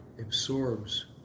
absorbs